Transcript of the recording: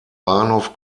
bahnhof